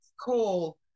call